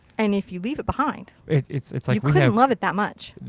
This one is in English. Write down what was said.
and if you leave it behind. it's it's like. you couldn't love it that much.